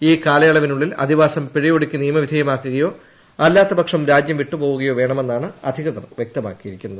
ഈ കാലയളവിനുള്ളിൽ അധിവാസം പിഴയൊടുക്കി നിയമവിധേയമാക്കുകയോ അല്ലാത്തപക്ഷം രാജ്യം വിട്ടുപോകുകയോ വേണമെന്നാണ് അധികൃതർ വൃക്തമാക്കിയിരി ക്കുന്നത്